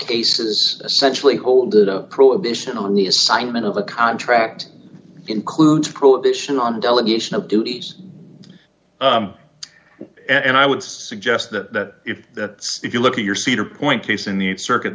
cases essentially hold it a prohibition on the assignment of a contract includes prohibition on delegation of duties and i would suggest that if that if you look at your cedar point case in the circuit